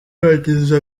bagize